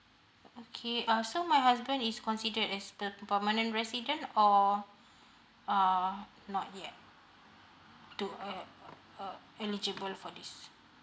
okay uh so my husband is considered as the permanent resident or uh not yet to uh uh eligible for this